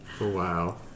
Wow